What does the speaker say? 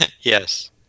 Yes